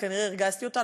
אני כנראה הרגזתי אותה,